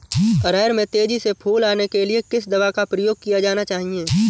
अरहर में तेजी से फूल आने के लिए किस दवा का प्रयोग किया जाना चाहिए?